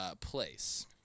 Place